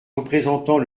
représentant